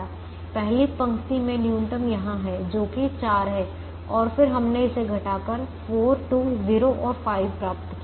पहली पंक्ति मे न्यूनतम यहां है जो कि चार है और फिर हमने इसे घटाकर 4 2 0 और 5 प्राप्त किया